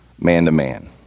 man-to-man